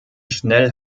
schnell